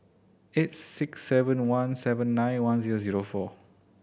eight six seven one seven nine one zero zero four